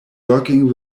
working